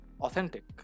authentic